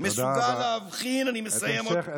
מסוגל להבחין, תודה רבה.